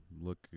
look